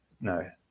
no